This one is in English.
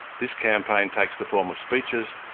this campaign takes the form of speeches,